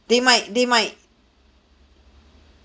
they might they might